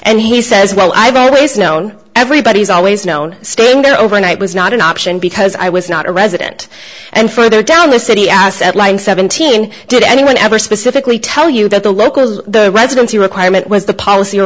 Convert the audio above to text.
and he says well i've always known everybody's always known staying there overnight was not an option because i was not a resident and further down the city at seventeen did anyone ever specifically tell you that the local the residency requirement was the policy